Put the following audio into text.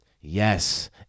Yes